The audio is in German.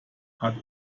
hat